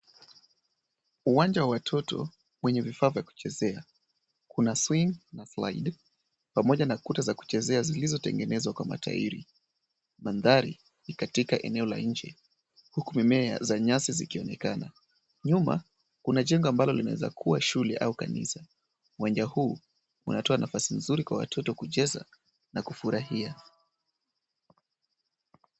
Uwanja wa watoto, wenye vifaa vya kuchezea. Kuna swing na slide . Pamoja na kuta za kuchezea zilizotengenezwa kwa matairi . Bandari, ni katika eneo la nje. Huku mimea za nyasi zikionekana. Nyuma, kuna jengo ambalo linaweza kuwa shule au kanisa. Uwanja huu unatoa nafasi nzuri kwa watoto kucheza na kufurahia.